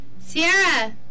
Sierra